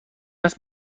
است